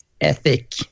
ethic